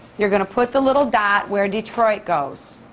you're gonna put the little dot where detroit goes.